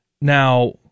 Now